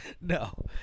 No